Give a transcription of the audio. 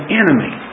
enemy